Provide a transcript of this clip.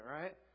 right